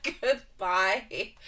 goodbye